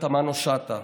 פנינה תמנו שטה,